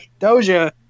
Doja